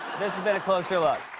this has been a closer look.